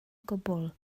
gwbl